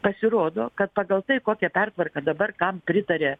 pasirodo kad pagal tai kokią pertvarką dabar kam pritaria